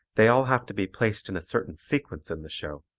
they all have to be placed in a certain sequence in the show.